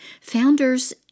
Founders